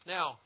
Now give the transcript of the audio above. Now